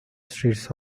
streets